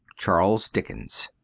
charles dickens